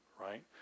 right